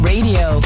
Radio